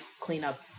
cleanup